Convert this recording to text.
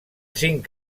cinc